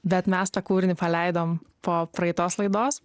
bet mes tą kūrinį paleidom po praeitos laidos